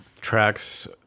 tracks